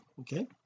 okay